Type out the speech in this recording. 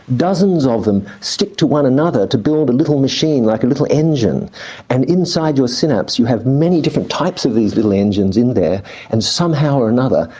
dozens of them stick to one another to build a and little machine like a little engine and inside your synapse you have many different types of these little engines in there and somehow or another,